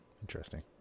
interesting